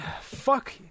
fuck